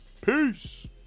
Peace